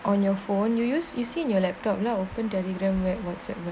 on your phone you use is your laptop now open telegram networks at work